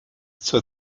zur